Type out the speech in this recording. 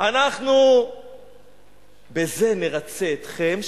אנחנו בזה נרצה אתכם,